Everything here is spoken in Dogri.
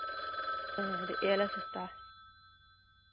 हां एह् आह्ला सस्ता